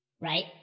Right